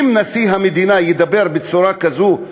אם נשיא המדינה ידבר בצורה כזאת,